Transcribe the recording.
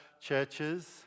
churches